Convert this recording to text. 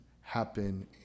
happen